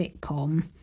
sitcom